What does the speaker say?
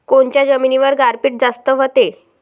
कोनच्या जमिनीवर गारपीट जास्त व्हते?